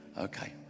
Okay